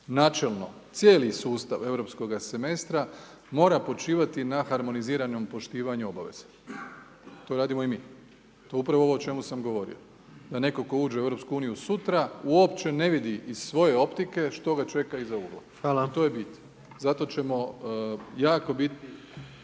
Načelno, cijeli sustav europskoga semestra mora počivati na harmoniziranom poštivanju obaveza. To radimo i mi. To je upravo ovo o čemu sam govorio. Da netko tko uđe u EU sutra uopće ne vidi iz svoje optike što ga čeka iza ugla. …/Upadica: Hvala./…I to je bit.